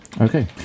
Okay